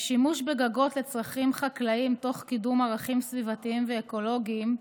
שימוש בגגות לצרכים חקלאיים תוך קידום ערכים סביבתיים ואקולוגיים,